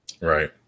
Right